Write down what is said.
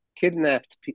Kidnapped